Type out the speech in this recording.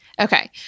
Okay